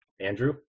Andrew